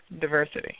diversity